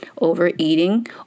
overeating